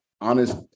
honest